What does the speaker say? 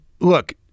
look